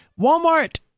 Walmart